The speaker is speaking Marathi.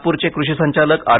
नागपूरचे कृषी संचालक आर